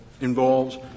involves